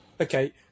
Okay